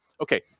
okay